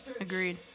Agreed